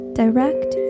direct